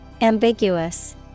Ambiguous